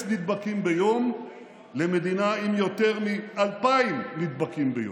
נדבקים ביום למדינה עם יותר מ-2,000 נדבקים ביום.